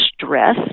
stress